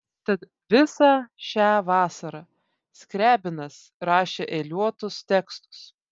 tad visą šią vasarą skriabinas rašė eiliuotus tekstus